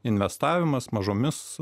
investavimas mažomis